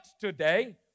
today